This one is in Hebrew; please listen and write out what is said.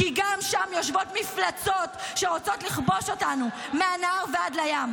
כי גם שם יושבות מפלצות שרוצות לכבוש אותנו מהנהר ועד לים,